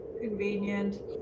Convenient